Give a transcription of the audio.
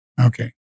Okay